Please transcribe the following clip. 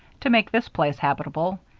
to make this place habitable.